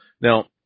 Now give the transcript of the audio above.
Now